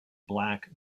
black